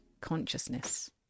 consciousness